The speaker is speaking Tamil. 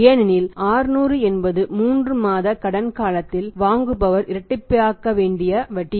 ஏனெனில் 600 என்பது 3 மாத கடன் காலத்தில் வாங்குபவர் இரட்டிப்பாக்க வேண்டிய வட்டி